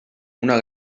una